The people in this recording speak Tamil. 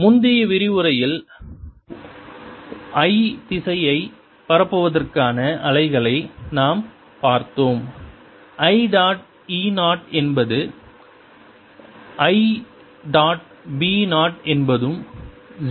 r ωtϕ k2πn முந்தைய விரிவுரையில் I திசையை பரப்புவதற்கான அலைகளை நாம் பார்த்தோம் I டாட் e 0 என்பது 0 I டாட் b 0 என்பதும் 0